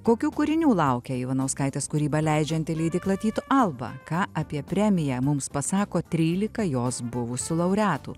kokių kūrinių laukia ivanauskaitės kūrybą leidžianti leidykla tyto alba ką apie premiją mums pasako trylika jos buvusių laureatų